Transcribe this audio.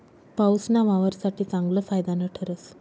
पाऊसना वावर साठे चांगलं फायदानं ठरस